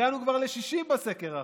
הגענו כבר ל-60 בסקר האחרון,